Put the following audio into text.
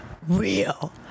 real